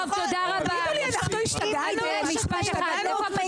------ לימור סון הר מלך (עוצמה יהודית):